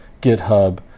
github